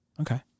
Okay